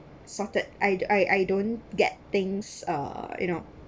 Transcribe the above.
sorted I I I don't get things uh you know